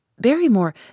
Barrymore